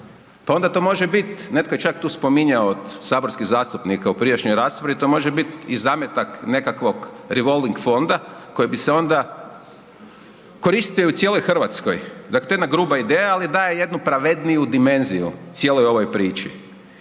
Pa onda to može bit, netko je tu čak spominjao od saborskih zastupnika u prijašnjoj raspravi, to može biti i zametak nekakvog revolving fonda koji bi se onda koristili u cijeloj Hrvatskoj, dakle to je jedna grupa ideja, ali daje jednu pravedniju dimenziju cijeloj ovoj priči